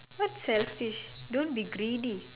what selfish don't be greedy